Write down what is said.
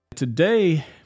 Today